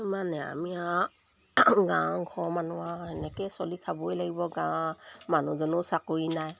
মানে আমি আৰু গাঁও ঘৰৰ মানুহ আৰু এনেকৈ চলি খাবই লাগিব গাঁৱ মানুহজনো চাকৰি নাই